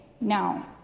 Now